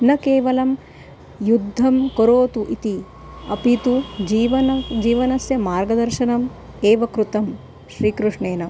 न केवलं युद्धं करोतु इति अपि तु जीवनं जीवनस्य मार्गदर्शनम् एव कृतं श्रीकृष्णेन